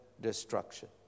destruction